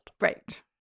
Right